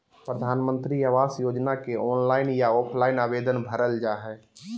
प्रधानमंत्री आवास योजना के ऑनलाइन या ऑफलाइन आवेदन भरल जा हइ